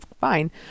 fine